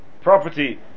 property